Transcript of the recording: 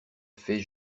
fais